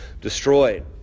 destroyed